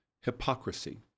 hypocrisy